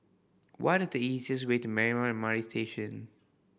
what is the easiest way to Marymount M R T Station